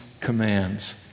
commands